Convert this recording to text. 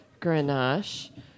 Grenache